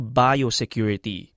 biosecurity